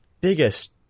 biggest